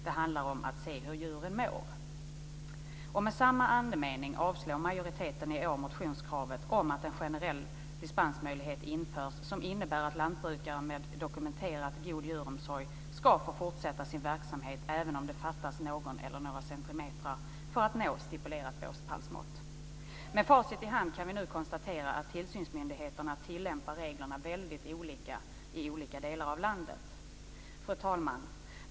Det handlar om att se hur djuren mår. Med samma andemening avstyrker majoriteten i år motionskravet om att en generell dispensmöjlighet införs som innebär att lantbrukare med dokumenterat god djuromsorg ska få fortsätta sin verksamhet även om det fattas någon eller några centimeter för att nå stipulerat båspallsmått. Med facit i hand kan vi nu konstatera att tillsynsmyndigheterna tillämpar reglerna olika i olika delar av landet. Fru talman!